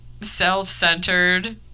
Self-centered